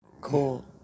Cool